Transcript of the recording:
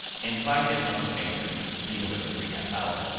and bind it on the finger renew it every half hour.